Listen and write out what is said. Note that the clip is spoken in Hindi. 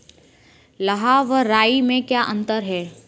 लाह व राई में क्या अंतर है?